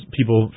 People